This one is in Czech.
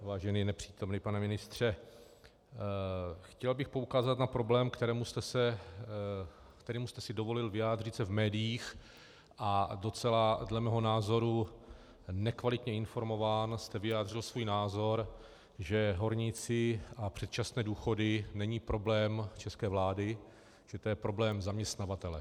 Vážený nepřítomný pane ministře, chtěl bych poukázat na problém, ke kterému jste si dovolil vyjádřit se v médiích a docela dle mého názoru nekvalitně informován jste vyjádřil svůj názor, že horníci a předčasné důchody není problém české vlády, že to je problém zaměstnavatele.